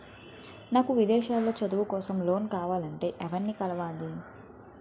నాకు విదేశాలలో చదువు కోసం లోన్ కావాలంటే ఎవరిని కలవాలి?